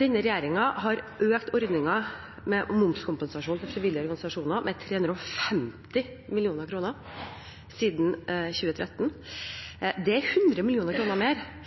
Denne regjeringen har økt ordningen med momskompensasjon for frivillige organisasjoner med 350 mill. kr siden 2013. Det er 100 mill. kr mer